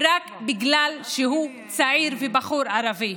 רק בגלל שהוא צעיר ובחור ערבי.